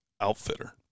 outfitter